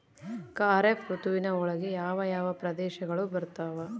ಖಾರೇಫ್ ಋತುವಿನ ಒಳಗೆ ಯಾವ ಯಾವ ಪ್ರದೇಶಗಳು ಬರ್ತಾವ?